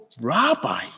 rabbi